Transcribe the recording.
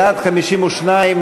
בעד, 52,